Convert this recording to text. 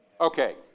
Okay